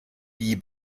die